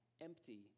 empty